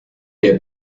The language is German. der